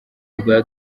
urwa